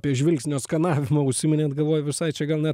apie žvilgsnio skenavimą užsiminėt galvoju visai čia gal net